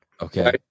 okay